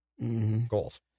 Goals